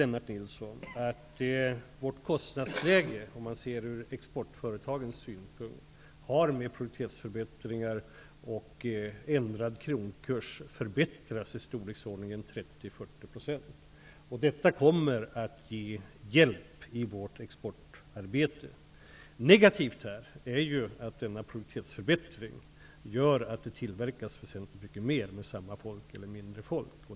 Lennart Nilsson vet att kostnadsläget för exportföretagen har, med produktivitetsförbättringar och ändrad kronkurs, förbättrats i storleksordningen 30--40 %. Detta kommer att vara till hjälp i vårt exportarbete. Negativt är att denna produktivitetsförbättring gör att det tillverkas väsentligt mycket mer med samma antal, eller mindre, anställda.